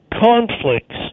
conflicts